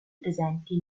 presenti